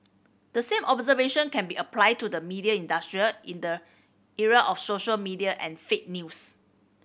the same observation can be applied to the media industry in the era of social media and fake news